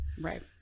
Right